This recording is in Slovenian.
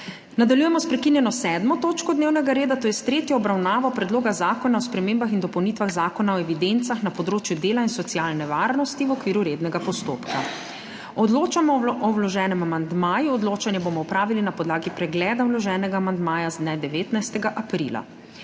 Nadaljujemo sprekinjeno 7. točko dnevnega reda, to je s tretjo obravnavo Predloga zakona o spremembah in dopolnitvah Zakona o evidencah na področju dela in socialne varnosti v okviru rednega postopka. Odločamo o vloženem amandmaju. Odločanje bomo opravili na podlagi pregleda vloženega amandmaja z dne 19. aprila.